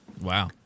Wow